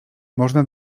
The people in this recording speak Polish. można